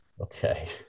okay